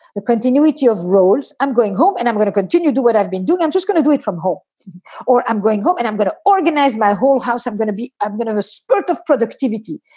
the continuity of roles. i'm going home and i'm going to continue to what i've been doing. i'm just gonna do it from home or i'm going home and i'm going to organize my whole house. i'm gonna be i'm going to a split of productivity.